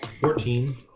Fourteen